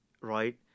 right